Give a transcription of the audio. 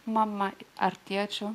mama ar tėčiu